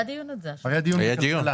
היה דיון.